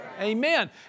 Amen